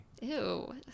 Ew